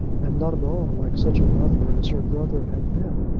and not all like such a lover as her brother had been.